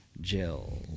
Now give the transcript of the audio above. Jill